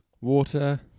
Water